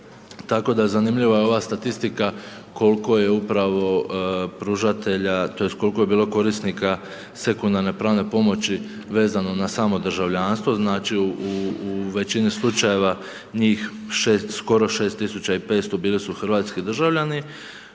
tako da zanimljiva je ova statistika koliko je upravo pružatelja, tj. koliko je bilo korisnika sekundarne pravne pomoći vezano na samo državljanstvo, znači u većini slučajeva njih skoro 6500 bili su hrvatski državljani,